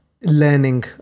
learning